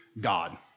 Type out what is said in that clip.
God